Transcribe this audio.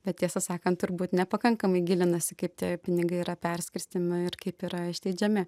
bet tiesą sakant turbūt nepakankamai gilinasi kaip tie pinigai yra perskirstomi ir kaip yra išleidžiami